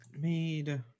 made